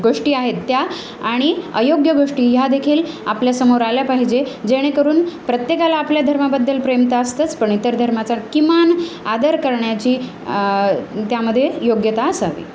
गोष्टी आहेत त्या आणि अयोग्य गोष्टी ह्या देखील आपल्यासमोर आल्या पाहिजे जेणेकरून प्रत्येकाला आपल्या धर्माबद्दल प्रेम तर असतंच पणे इतर धर्माचा किमान आदर करण्याची त्यामध्ये योग्यता असावी